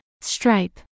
Stripe